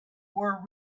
were